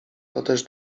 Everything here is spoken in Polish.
toteż